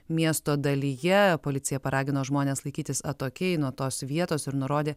miesto dalyje policija paragino žmones laikytis atokiai nuo tos vietos ir nurodė